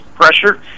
pressure